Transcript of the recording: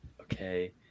Okay